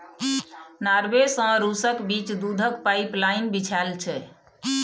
Norway सँ रुसक बीच दुधक पाइपलाइन बिछाएल छै